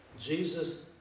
Jesus